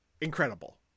incredible